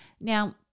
Now